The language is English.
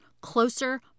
closer